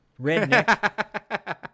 redneck